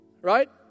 right